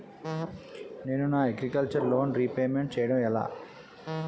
నేను నా agriculture loan repayment చేయడం ఎలా?